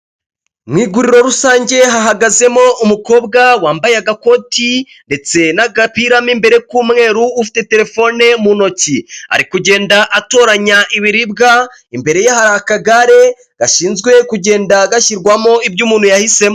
Mu iguriro rusange hahagazemo umukobwa wambaye agakoti, ndetse n'agapiramo imbere k'umweru ufite terefone mu ntoki. ari kugenda atoranya ibiribwa imbere y'akagare gashinzwe kugenda gashyirwamo ibyo umuntu yahisemo.